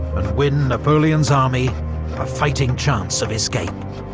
and win napoleon's army a fighting chance of escape.